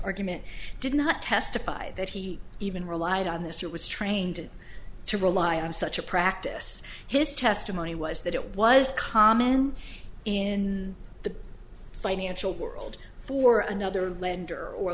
argument did not testify that he even relied on this or was trained to rely on such a practice his testimony was that it was common in the financial world for another lender or